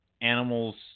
animals